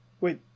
wait